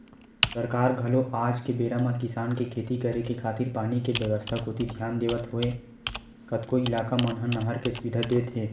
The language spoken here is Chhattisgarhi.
सरकार घलो आज के बेरा म किसान के खेती करे खातिर पानी के बेवस्था कोती धियान देवत होय कतको इलाका मन म नहर के सुबिधा देत हे